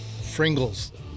Fringles